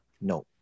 no